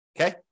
Okay